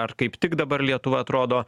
ar kaip tik dabar lietuva atrodo